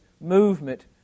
movement